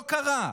לא קרה.